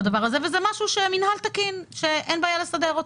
הדבר הזה וזה משהו שהוא מינהל תקין שאין בעיה לסדר אותו.